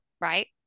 right